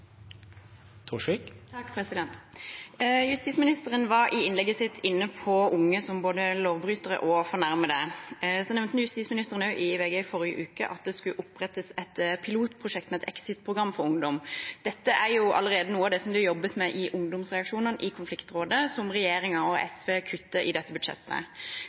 Justisministeren var i innlegget sitt inne på unge som både lovbrytere og fornærmede. Justisministeren nevnte også i VG i forrige uke at det skulle opprettes et pilotprosjekt med et exit-program for ungdom. Dette er allerede noe av det som det jobbes med i konfliktrådene, med ungdomsreaksjonene, som regjeringen og SV kutter i dette budsjettet.